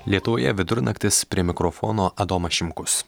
lietuvoje vidurnaktis prie mikrofono adomas šimkus